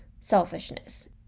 selfishness